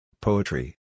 Poetry